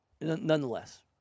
nonetheless